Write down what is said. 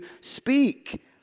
speak